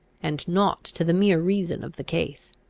and not to the mere reason of the case.